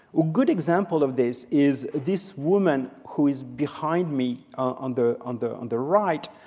a good example of this is this woman who is behind me on the on the and right.